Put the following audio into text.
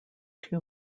two